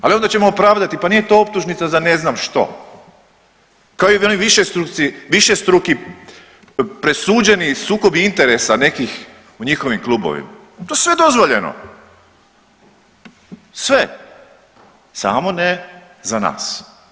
Ali onda ćemo opravdati, pa nije to optužnica za ne znam što kao i oni višestruki presuđeni sukobi interesa nekih u njihovim klubovima, to je sve dozvoljeno, sve, samo ne za nas.